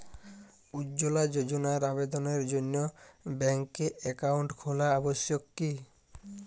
উজ্জ্বলা যোজনার আবেদনের জন্য ব্যাঙ্কে অ্যাকাউন্ট খোলা আবশ্যক কি?